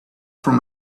from